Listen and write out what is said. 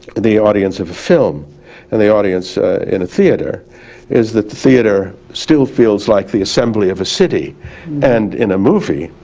the audience of a film and the audience in a theater is that the theater still feels like the assembly of a city and in a movie